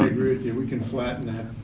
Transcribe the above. i agree with you, we can flatten that.